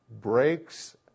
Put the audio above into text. breaks